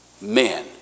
men